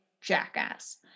Jackass